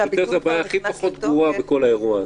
והביטול כבר נכנס לתוקף,